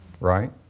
right